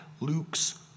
Luke's